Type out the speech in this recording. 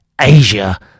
Asia